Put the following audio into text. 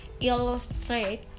illustrate